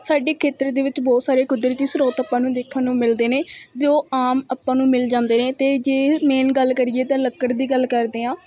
ਸਾਡੇ ਖੇਤਰ ਦੇ ਵਿੱਚ ਬਹੁਤ ਸਾਰੇ ਕੁਦਰਤੀ ਸਰੋਤ ਆਪਾਂ ਨੂੰ ਦੇਖਣ ਨੂੰ ਮਿਲਦੇ ਨੇ ਜੋ ਆਮ ਆਪਾਂ ਨੂੰ ਮਿਲ ਜਾਂਦੇ ਨੇ ਅਤੇ ਜੇ ਮੇਨ ਗੱਲ ਕਰੀਏ ਤਾਂ ਲੱਕੜ ਦੀ ਗੱਲ ਕਰਦੇ ਆ